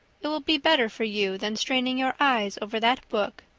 it will be better for you than straining your eyes over that book.